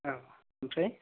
औ ओमफ्राय